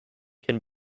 can